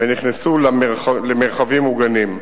ונכנסו למרחבים מוגנים.